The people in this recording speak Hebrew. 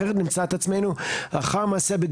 אחרת נמצא את עצמנו לאחר מעשה על